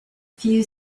few